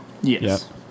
Yes